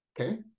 Okay